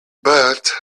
but